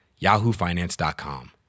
yahoofinance.com